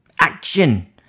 action